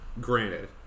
Granted